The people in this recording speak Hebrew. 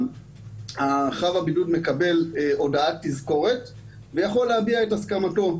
חב הבידוד מקבל הודעת תזכורת ויכול להביע את הסכמתו.